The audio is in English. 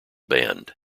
band